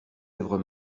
lèvres